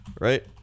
Right